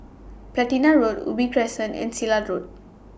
Platina Road Ubi Crescent and Silat Road